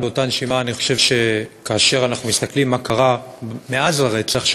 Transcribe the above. אבל באותה נשימה אני חושב שכאשר אנחנו מסתכלים מה קרה מאז הרצח,